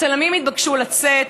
הצלמים התבקשו לצאת,